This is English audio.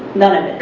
none of it.